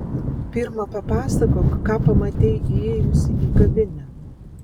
pirma papasakok ką pamatei įėjusi į kavinę